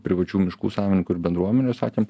privačių miškų savininkų ir bendruomenių sakėm